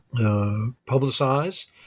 publicize